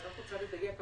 אני רק רוצה לדייק,